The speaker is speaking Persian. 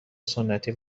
سنتی